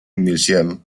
museum